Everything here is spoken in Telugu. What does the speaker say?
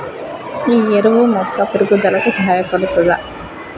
ఈ ఎరువు మొక్క పెరుగుదలకు సహాయపడుతదా?